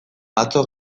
atzo